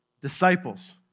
disciples